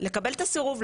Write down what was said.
לקבל את הסירוב,